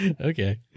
Okay